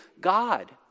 God